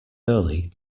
early